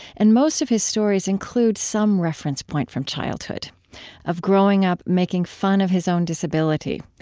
and most of his stories include some reference point from childhood of growing up making fun of his own disability,